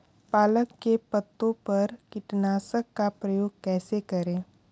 पालक के पत्तों पर कीटनाशक का प्रयोग कैसे करें?